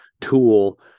tool